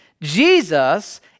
Jesus